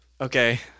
Okay